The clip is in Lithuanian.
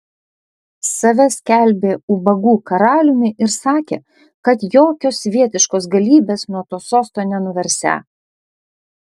save skelbė ubagų karaliumi ir sakė kad jokios svietiškos galybės nuo to sosto nenuversią